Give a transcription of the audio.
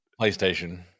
PlayStation